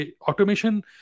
Automation